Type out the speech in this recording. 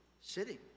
sitting